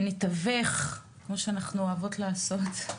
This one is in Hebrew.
נתווך, כמו שאנחנו אוהבות לעשות,